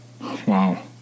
Wow